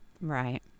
right